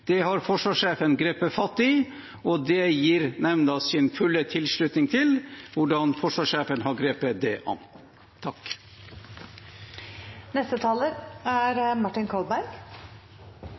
Det har forsvarssjefen grepet fatt i, og nemnda gir sin fulle tilslutning til hvordan forsvarssjefen har grepet det an. Det er